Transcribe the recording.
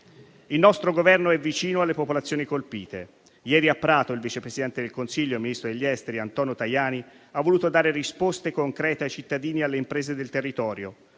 Il nostro Governo è vicino alle popolazioni colpite. Ieri, a Prato, il vice presidente del Consiglio e ministro degli affari esteri Antonio Tajani ha voluto dare risposte concrete ai cittadini e alle imprese del territorio,